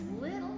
little